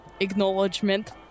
acknowledgement